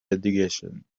education